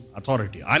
authority